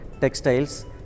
textiles